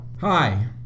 Hi